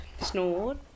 Snored